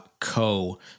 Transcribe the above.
co